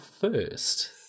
first